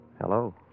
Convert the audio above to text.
Hello